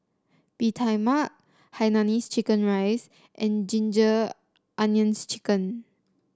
Bee Tai Mak Hainanese Chicken Rice and Ginger Onions chicken